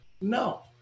No